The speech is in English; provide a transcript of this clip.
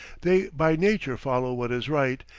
they by nature follow what is right,